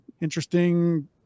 interesting